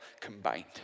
combined